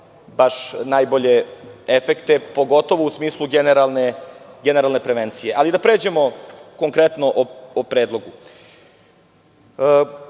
baš najbolje efekte, pogotovo u smislu generalne prevencije, ali, da pređemo konkretno o